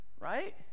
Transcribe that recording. right